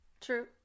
true